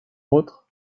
autres